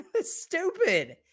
Stupid